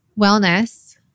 wellness